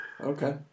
Okay